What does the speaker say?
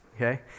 okay